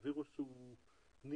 הווירוס הוא נבזי,